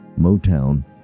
Motown